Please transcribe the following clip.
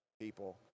people